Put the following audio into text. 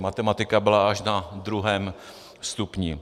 Matematika byla až na druhém stupni.